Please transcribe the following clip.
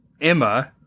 Emma